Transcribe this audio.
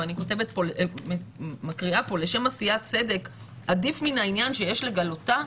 ואני מקריאה: לשם עשיית צדק עדיף מן העניין שיש לגלותה.